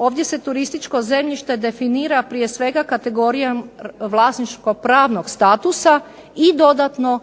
Ovdje se turističko zemljište definira prije svega kategorijom vlasničko-pravnog statusa i dodatno